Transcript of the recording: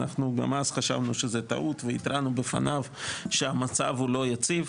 אנחנו גם אז חשבנו שזו טעות והתרענו בפניו שהמצב לא יציב.